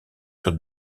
sur